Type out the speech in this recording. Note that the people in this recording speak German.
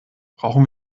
brauchen